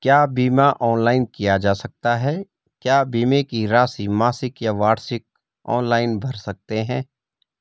क्या बीमा ऑनलाइन किया जा सकता है क्या बीमे की राशि मासिक या वार्षिक ऑनलाइन भर सकते हैं?